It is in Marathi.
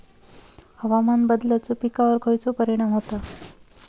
हवामान बदलाचो पिकावर खयचो परिणाम होता?